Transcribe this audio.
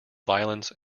violence